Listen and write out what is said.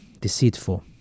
deceitful